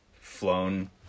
flown